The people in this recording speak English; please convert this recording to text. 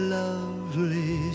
lovely